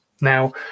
Now